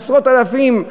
עשרות אלפים.